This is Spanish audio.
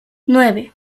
nueve